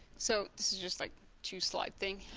so this is just like two slide thing.